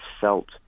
felt